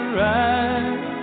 ride